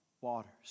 waters